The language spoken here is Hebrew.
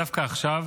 דווקא עכשיו